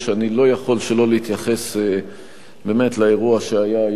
אני לא יכול שלא להתייחס לאירוע שהיה היום